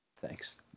Thanks